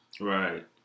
Right